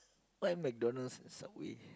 why MacDonald and Subway